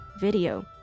video